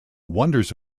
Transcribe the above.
wonders